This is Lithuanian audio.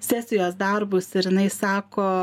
sesijos darbus ir jinai sako